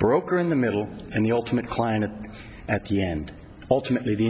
broker in the middle and the ultimate client at the end ultimately the